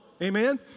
Amen